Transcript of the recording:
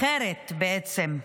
אחרת, בעצם: